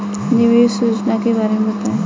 निवेश योजना के बारे में बताएँ?